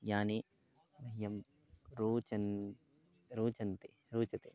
यानि मह्यं रोचन्ते रोचन्ते रोचन्ते